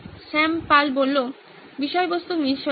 শ্যাম পাল বিষয়বস্তু মিস হয়ে গেছে